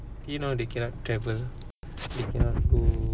since now they cannot travel they cannot go